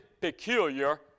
peculiar